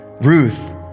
Ruth